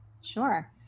Sure